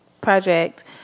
project